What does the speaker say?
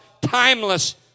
timeless